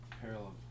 parallel